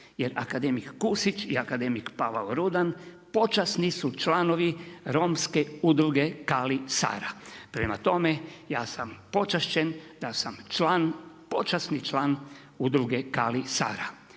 jer akademik Kusić i akademik Pavao Rudan, počasni su članovi romske udruge KALI SARA. Prema tome, ja sam počašćen da sam počasni član udruge KALI SARA.